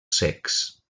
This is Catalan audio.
secs